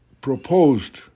proposed